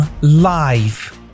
live